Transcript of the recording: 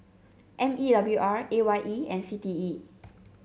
M E W R A Y E and C T E